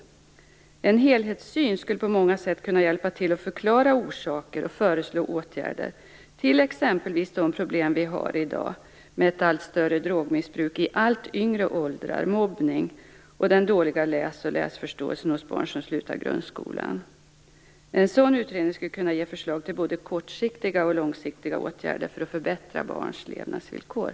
Med en helhetssyn skulle man på många sätt kunna hjälpa till att förklara orsaker och föreslå åtgärder, t.ex. mot de problem vi har i dag med ett allt större drogmissbruk i allt lägre åldrar, mobbning och den dåliga läsförståelsen hos barn som slutar grundskolan. En sådan utredning skulle kunna ge förslag till både kortsiktiga och långsiktiga åtgärder för att förbättra barns levnadsvillkor.